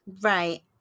right